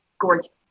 gorgeous